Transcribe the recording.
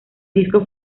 disco